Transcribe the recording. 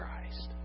Christ